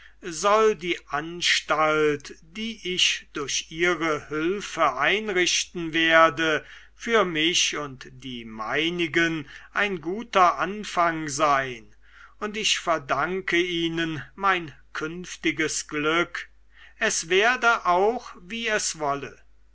soll die anstalt die ich durch ihre hülfe einrichten werde für mich und die meinigen ein guter anfang sein und ich verdanke ihnen mein künftiges glück es werde auch wie es wolle